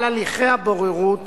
על הליכי הבוררות